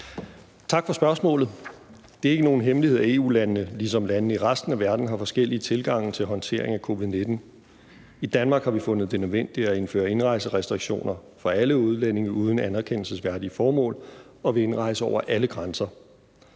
Tak for spørgsmålet. Det er ikke nogen hemmelighed, at EU-landene ligesom landene i resten af verden har forskellige tilgange til håndteringen af covid-19. I Danmark har vi fundet det nødvendigt at indføre indrejserestriktioner for alle udlændinge uden et anerkendelsesværdigt formål og ved indrejse over alle grænser.